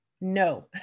No